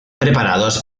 preparados